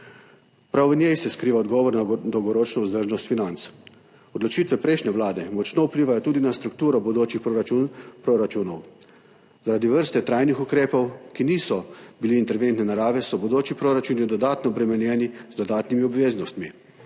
Prav v njej se skriva odgovor na dolgoročno vzdržnost financ. Odločitve prejšnje vlade močno vplivajo tudi na strukturo bodočih proračunov. Zaradi vrste trajnih ukrepov, ki niso bili interventne narave, so bodoči proračuni dodatno obremenjeni z dodatnimi obveznostmi,